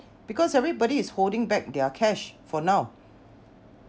because everybody is holding back their cash for now